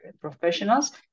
Professionals